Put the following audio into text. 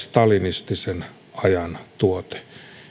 stalinistisen ajan tuote